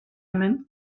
hemen